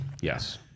yes